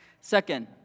Second